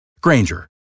Granger